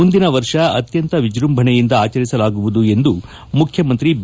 ಮುಂದಿನ ವರ್ಷ ಅತ್ವಂತ ವಿಜೃಂಭಣೆಯಿಂದ ಆಚರಿಸಲಾಗುವುದು ಎಂದು ಮುಖ್ಯಮಂತ್ರಿ ಬಿ